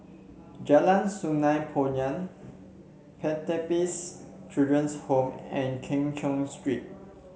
Jalan Sungei Poyan Pertapis Children Home and Keng Cheow Street